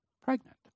pregnant